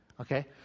Okay